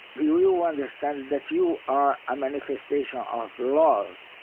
you you understand that you are a manifestation of love.